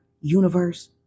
universe